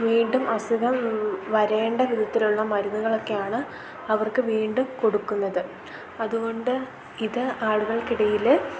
വീണ്ടും അസുഖം വരേണ്ട വിധത്തിലുള്ള മരുന്നുകളൊക്കെയാണ് അവർക്ക് വീണ്ടും കൊടുക്കുന്നത് അതുകൊണ്ട് ഇത് ആളുകൾക്കിടയിൽ